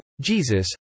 Jesus